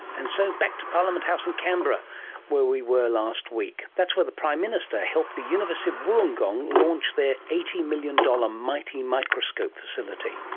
and so back to parliament house in canberra where we were last week. that's where the prime minister helped the university of wollongong launch their eighty million dollars mighty microscope facility.